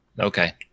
Okay